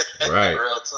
right